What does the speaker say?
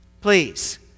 Please